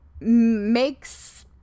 makes